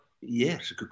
yes